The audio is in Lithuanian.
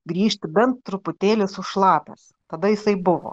grįžti bent truputėlį sušlapęs tada jisai buvo